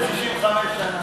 לא הצלחתם 65 שנה.